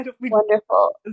wonderful